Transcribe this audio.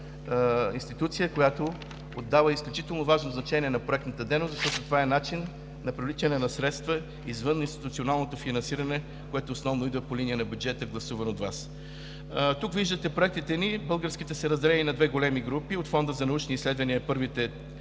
която отдава изключително важно значение на проектната дейност, защото това е начин за привличане на средства извън институционалното финансиране, което основно идва по линия на бюджета, гласуван от Вас. Тук виждате проектите ни – българските са разделени на две големи групи от Фонда за научни изследвания – първите